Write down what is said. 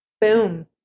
Boom